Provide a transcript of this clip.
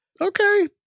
Okay